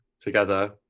together